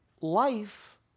life